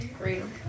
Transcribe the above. Freedom